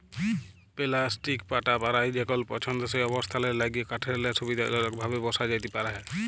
plastic পাটা পারায় যেকল পসন্দসই অবস্থালের ল্যাইগে কাঠেরলে সুবিধাজলকভাবে বসা যাতে পারহে